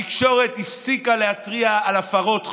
התקשורת הפסיקה להתריע על הפרות חוק,